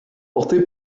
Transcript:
porté